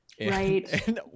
right